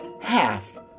half